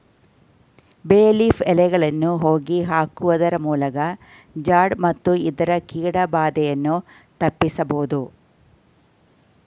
ಬೇ ಲೀಫ್ ಎಲೆಗಳನ್ನು ಹೋಗಿ ಹಾಕುವುದರಮೂಲಕ ಜಾಡ್ ಮತ್ತು ಇತರ ಕೀಟ ಬಾಧೆಯನ್ನು ತಪ್ಪಿಸಬೋದು